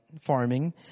farming